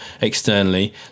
externally